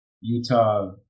Utah